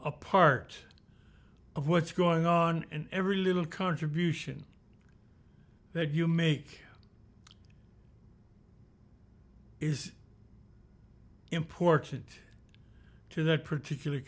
a part of what's going on and every little contribution that you make is important to that particular